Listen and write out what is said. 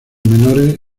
menores